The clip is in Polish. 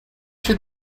się